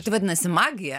tai vadinasi magija